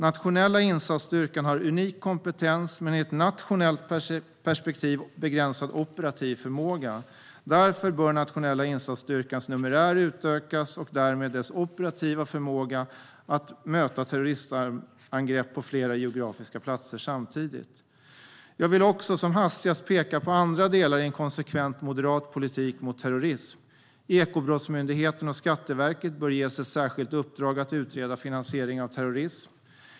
Nationella insatsstyrkan har unik kompetens men i ett nationellt perspektiv begränsad operativ förmåga. Därför bör Nationella insatsstyrkans numerär utökas och därmed dess operativa förmåga att möta terroristangrepp på flera geografiska platser samtidigt. Jag vill också som hastigast peka på andra delar i en konsekvent moderat politik mot terrorism. Ekobrottsmyndigheten och Skatteverket bör ges ett särskilt uppdrag att utreda finansiering av terrorism.